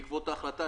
בעקבות ההחלטה,